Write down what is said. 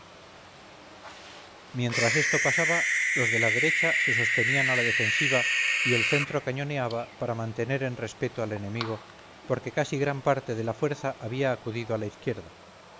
mientras esto pasaba los de la derecha se sostenían a la defensiva y el centro cañoneaba para mantener en respeto al enemigo porque casi gran partede la fuerza había acudido a la izquierda